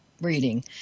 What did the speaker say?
reading